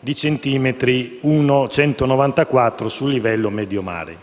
di centimetri 194 sul livello medio del